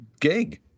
gig